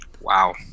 Wow